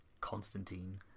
Constantine